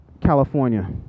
California